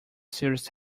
series